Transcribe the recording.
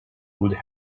good